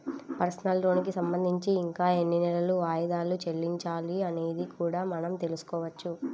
personal లోనుకి సంబంధించి ఇంకా ఎన్ని నెలలు వాయిదాలు చెల్లించాలి అనేది కూడా మనం తెల్సుకోవచ్చు